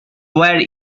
were